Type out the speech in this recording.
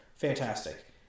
fantastic